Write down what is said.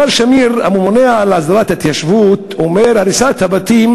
מה שחמור יותר, מכובדי היושב-ראש, מהריסת הבתים,